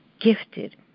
gifted